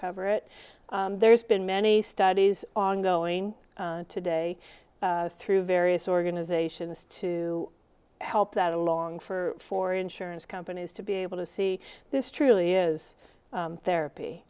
cover it there's been many studies ongoing today through various organizations to help that along for for insurance companies to be able to see this truly is therapy